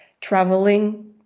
traveling